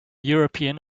european